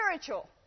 spiritual